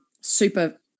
super